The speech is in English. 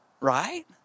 right